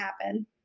happen